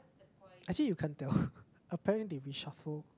actually you can't tell apparently they reshuffle